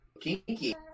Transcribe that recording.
Kinky